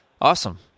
Awesome